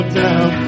down